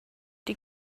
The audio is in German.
die